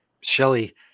Shelly